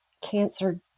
cancer